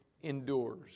endures